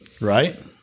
right